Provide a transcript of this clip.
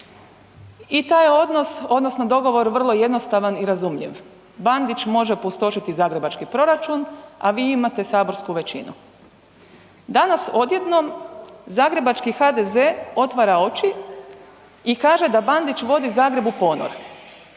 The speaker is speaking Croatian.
I taj je odnos odnosno dogovor vrlo jednostavan i razumljiv, Bandić može pustošiti zagrebački proračun, a vi imate saborsku većinu. Danas odjednom zagrebački HDZ otvara oči i kaže da Bandić vodi Zagreb u ponor,